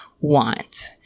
want